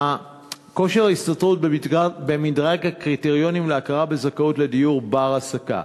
כושר ההשתכרות במדרג הקריטריונים להכרה בזכאות לדיור בר-השגה.